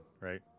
right